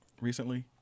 recently